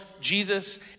Jesus